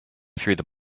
through